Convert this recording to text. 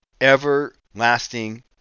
Everlasting